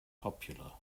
popular